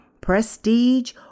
prestige